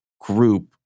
group